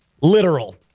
Literal